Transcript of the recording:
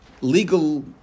legal